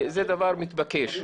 זה דבר מתבקש.